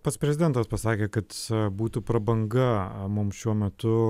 pats prezidentas pasakė kad būtų prabanga mums šiuo metu